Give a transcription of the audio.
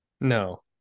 No